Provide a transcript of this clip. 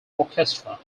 orchestra